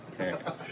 Okay